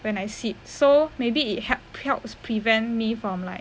when I sit so maybe it help helps prevent me from like